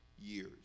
years